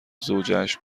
زوجهاش